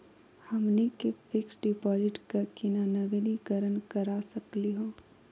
हमनी के fix deposit क केना नवीनीकरण करा सकली हो?